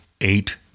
eight